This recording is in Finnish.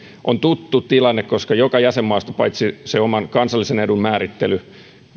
on tuttu tilanne paitsi että joka jäsenmaasta sen oman kansallisen edun määrittely